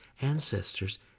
ancestors